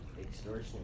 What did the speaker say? Extortion